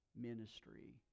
ministry